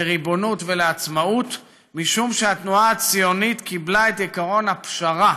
לריבונות ולעצמאות משום שהתנועה הציונית קיבלה את עקרון הפשרה